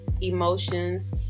emotions